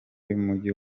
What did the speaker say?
mujyi